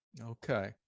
Okay